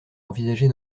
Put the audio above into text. envisager